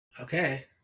Okay